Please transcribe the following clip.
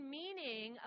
meaning